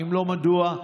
4. אם לא, מדוע?